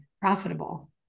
profitable